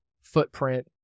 footprint